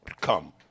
come